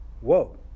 whoa